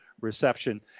reception